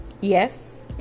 Yes